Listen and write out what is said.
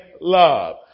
love